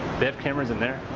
they have cameras in there.